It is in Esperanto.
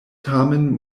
tamen